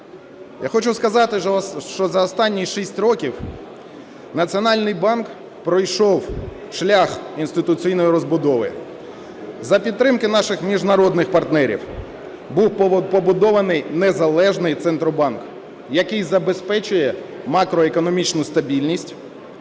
Я хочу сказати, що за останні 6 років Національний банк пройшов шлях інституційної розбудови. За підтримки наших міжнародних партнерів був побудований незалежний центробанк, який забезпечує макроекономічну стабільність